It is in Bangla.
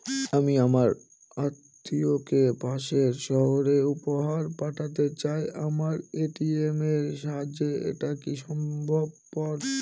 আমি আমার আত্মিয়কে পাশের সহরে উপহার পাঠাতে চাই আমার এ.টি.এম এর সাহায্যে এটাকি সম্ভবপর?